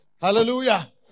Hallelujah